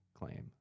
claim